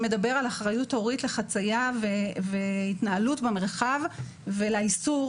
שמדבר על אחריות הורית לחצייה והתנהלות במרחב ולאיסור